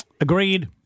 Agreed